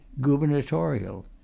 gubernatorial